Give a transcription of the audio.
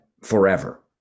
forever